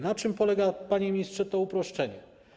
Na czym polega, panie ministrze, to uproszczenie?